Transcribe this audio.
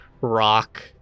rock